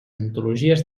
antologies